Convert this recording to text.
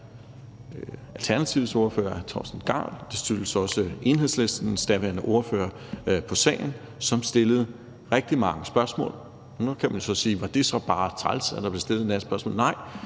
Alternativets ordfører, hr. Torsten Gejl, og det skyldes også Enhedslistens daværende ordfører på sagen, som stillede rigtig mange spørgsmål. Nu kan man så sige: Var det så bare træls, at der blev stillet en masse spørgsmål? Nej,